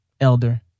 elder